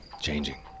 Changing